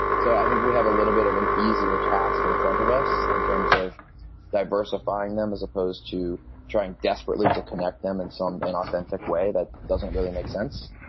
so i think we have a little bit of an easier task in front of us in terms of diversa. buying them, as opposed to trying desperately to connect them in some authentic way, that doesn't really make sense.